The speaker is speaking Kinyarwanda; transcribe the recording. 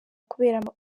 kubera